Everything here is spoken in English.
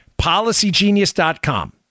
policygenius.com